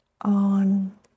on